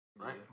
Right